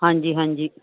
ਹਾਂਜੀ ਹਾਂਜੀ